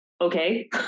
okay